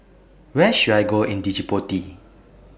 Where should I Go in Djibouti